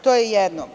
To je jedno.